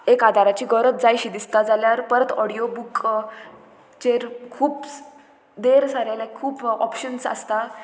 एक आदाराची गरज जाय शी दिसता जाल्यार परत ऑडियो बूक चेर खूब देर सारे लायक खूब ऑपशन्स आसता